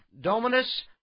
Dominus